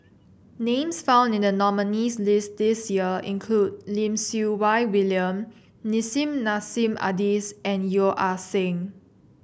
names found in the nominees' list this year include Lim Siew Wai William Nissim Nassim Adis and Yeo Ah Seng